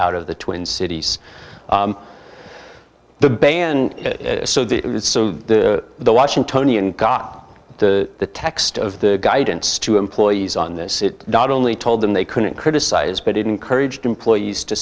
out of the twin cities the ban so that the washingtonian got the text of the guidance to employees on this it not only told them they couldn't criticize but encouraged employees to